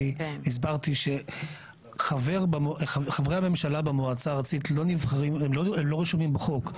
והסברתי שחברי הממשלה במועצה הארצית הם לא רשומים בחוק.